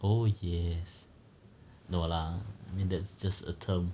oh yes no lah I mean that's just a term